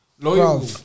Loyal